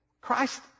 Christ